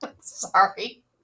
Sorry